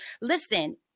listen